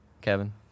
Kevin